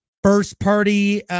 first-party